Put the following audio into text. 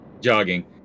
Jogging